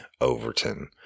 Overton